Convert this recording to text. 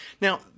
Now